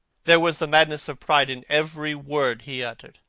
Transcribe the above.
there was the madness of pride in every word he uttered.